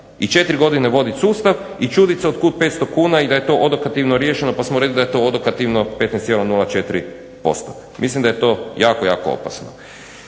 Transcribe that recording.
I četiri godine voditi sustav i čuditi se otkud 500 kuna i da je to odokativno riješeno pa smo rekli da je to odokativno 15,04%. Mislim da je to jako, jako opasno.